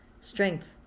strength